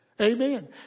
Amen